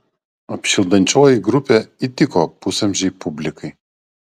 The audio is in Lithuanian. apšildančioji grupė įtiko pusamžei publikai